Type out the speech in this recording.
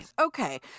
Okay